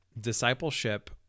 discipleship